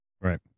right